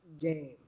game